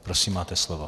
Prosím, máte slovo.